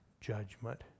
judgment